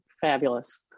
Fabulous